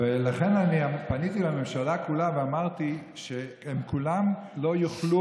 ולכן אני פניתי לממשלה כולה ואמרתי שהם כולם לא יוכלו